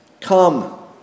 Come